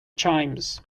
chimes